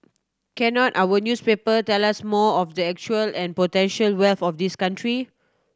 cannot our newspaper tell us more of the actual and potential wealth of this country